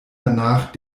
danach